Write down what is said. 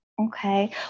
Okay